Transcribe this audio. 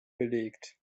belegt